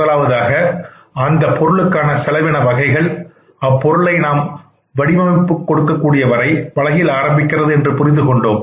முதலாவதாக அந்தப் பொருளுக்கான செலவின வகைகள் அப்பொருளை நாம் வடிவமைப்புக் கொடுக்கக்கூடிய வரை பலகையில் ஆரம்பிக்கிறது என்று புரிந்து கொள்ள வேண்டும்